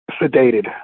sedated